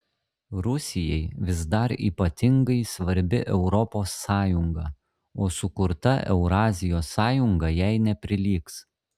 rusijai vis dar ypatingai svarbi europos sąjunga o sukurta eurazijos sąjunga jai neprilygs